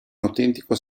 autentico